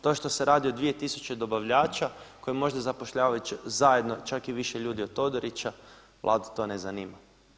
To što se radi o 2 tisuće dobavljača koji možda zapošljavaju zajedno čak i više ljudi od Todorića, Vladu to ne zanima.